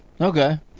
Okay